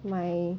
my